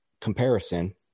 comparison